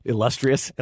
Illustrious